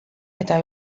eta